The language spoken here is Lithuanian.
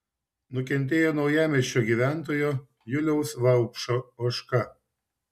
nukentėjo naujamiesčio gyventojo juliaus vaupšo ožka